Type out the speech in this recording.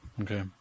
Okay